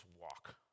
walk